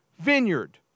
vineyard